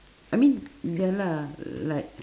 I mean ya lah like